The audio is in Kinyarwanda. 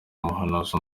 umuhanuzi